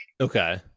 Okay